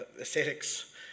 aesthetics